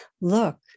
look